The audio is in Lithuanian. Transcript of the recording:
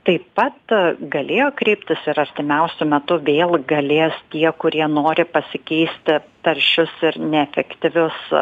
taip pat galėjo kreiptis ir artimiausiu metu vėl galės tie kurie nori pasikeisti taršius ir neefektyvius